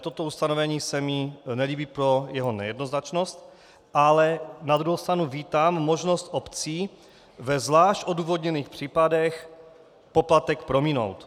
Toto ustanovení se mi nelíbí pro jeho nejednoznačnost, ale na druhou stranu vítám možnost obcí ve zvlášť odůvodněných případech poplatek prominout.